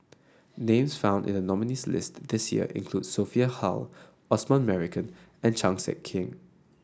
names found in the nominees' list this year include Sophia How Osman Merican and Chan Sek Keong